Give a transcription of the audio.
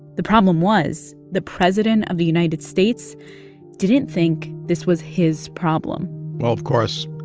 the problem was, the president of the united states didn't think this was his problem well of course,